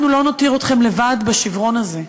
אנחנו לא נותיר אתכם לבד בשיברון הזה,